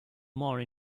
more